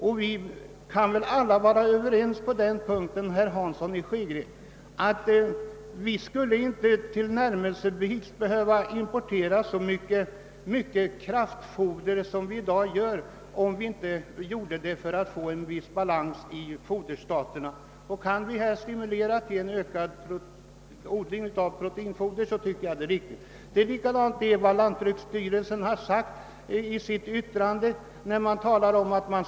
Jag tror att vi alla är överens om att vi inte skulle behöva importera tillnärmelsevis så mycket kraftfoder som vi i dag importerar, om vi inte gjorde det för att få en viss balans i foderstaterna. Därför tycker jag det är riktigt att stimulera till ökad odling av proteinfoder. Jag tror det är lika riktigt som jordbruksministern säger att vi bör försöka få fram en produktion av urea.